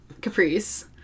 Caprice